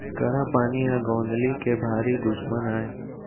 करा पानी ह गौंदली के भारी दुस्मन अय